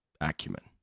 acumen